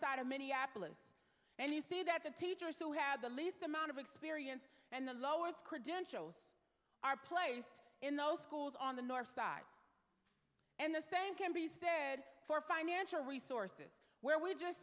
side of minneapolis and you see that the teachers who have the least amount of experience and the lowest credentials are placed in those schools on the north side and the same can be said for financial resources where we just